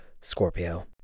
Scorpio